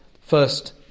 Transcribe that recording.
first